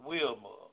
Wilma